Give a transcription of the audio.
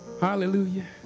Hallelujah